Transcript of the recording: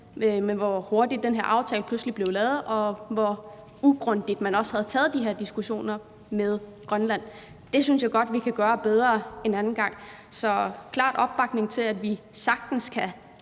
hvor hurtigt den her aftale pludselig blev lavet, og hvor ugrundigt man også havde taget de her diskussioner med Grønland. Det synes jeg godt vi kan gøre bedre en anden gang. Så klar opbakning til, at vi sagtens kan